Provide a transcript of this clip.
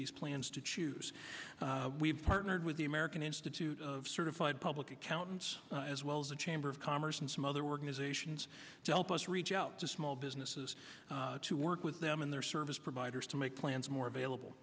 these plans to choose we've partnered with the american institute of certified public accountants as well as the chamber of commerce and some other organizations to help us reach out to small businesses to work with them in their service providers to make plans more available